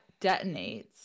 detonates